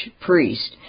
priest